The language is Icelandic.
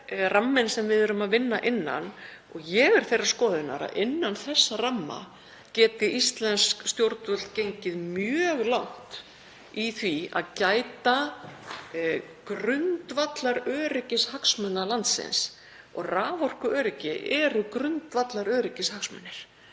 þetta er ramminn sem við erum að vinna innan. Ég er þeirrar skoðunar að innan þess ramma geti íslensk stjórnvöld gengið mjög langt í því að gæta grundvallaröryggishagsmuna landsins og raforkuöryggi eru grundvallaröryggishagsmunir.